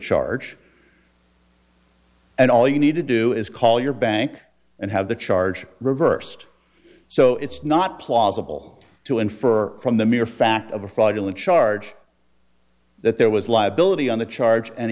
charge and all you need to do is call your bank and have the charge reversed so it's not plausible to infer from the mere fact of a fraudulent charge that there was liability on the charge and